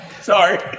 Sorry